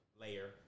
layer